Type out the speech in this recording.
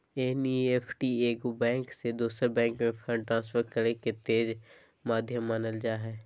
NEFT एक bank से दोसर बैंक में फंड ट्रांसफर करे के तेज माध्यम मानल जा हय